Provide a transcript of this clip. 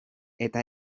eta